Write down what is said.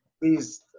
please